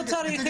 לא צריך,